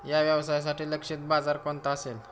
या व्यवसायासाठी लक्षित बाजार कोणता असेल?